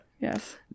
Yes